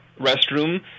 restroom